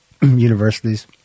universities